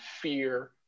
fear